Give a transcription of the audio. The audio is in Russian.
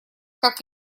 как